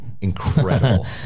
Incredible